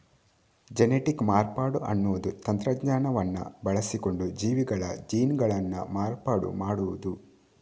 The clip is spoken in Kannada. ಜೆನೆಟಿಕ್ ಮಾರ್ಪಾಡು ಅನ್ನುದು ತಂತ್ರಜ್ಞಾನವನ್ನ ಬಳಸಿಕೊಂಡು ಜೀವಿಗಳ ಜೀನ್ಗಳನ್ನ ಮಾರ್ಪಾಡು ಮಾಡುದು